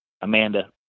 Amanda